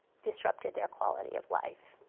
disrupted their quality of life.